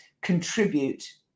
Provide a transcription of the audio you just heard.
contribute